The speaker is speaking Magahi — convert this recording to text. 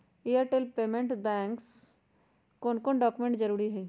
एयरटेल पेमेंटस बैंक से लोन लेवे के ले कौन कौन डॉक्यूमेंट जरुरी होइ?